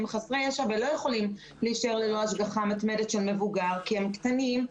חסרי ישע ולא יכולים להישאר ללא השגחה מתמדת של מבוגר כי הם קטנים,